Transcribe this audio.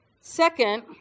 Second